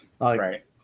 Right